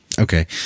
Okay